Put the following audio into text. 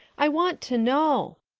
i want to know.